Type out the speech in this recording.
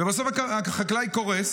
בסוף החקלאי קורס,